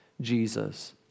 Jesus